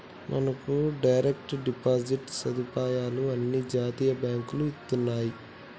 మనకు direct deposit సదుపాయాలు అన్ని జాతీయ బాంకులు ఇత్తన్నాయి